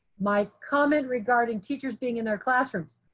my comment regarding teachers being in their classrooms,